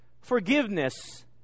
forgiveness